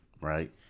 right